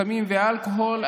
סמים ואלכוהול,